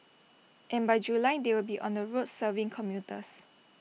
and by July they will be on the roads serving commuters